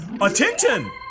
Attention